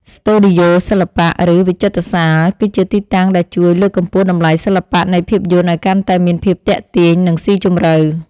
ស្ទូឌីយោសិល្បៈ ឬវិចិត្រសាល គឺជាទីតាំងដែលជួយលើកកម្ពស់តម្លៃសិល្បៈនៃភាពយន្តឱ្យកាន់តែមានភាពទាក់ទាញ និងស៊ីជម្រៅ។